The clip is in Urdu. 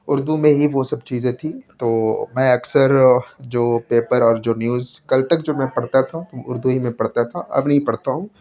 اردو میں ہی وہ سب چیزیں تھی تو میں اکثر جو پیپر اور جو نیوز کل تک جو میں پڑھتا تھا وہ اردو ہی میں پڑھتا تھا اب نہیں پڑھتا ہوں